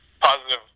positive